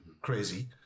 crazy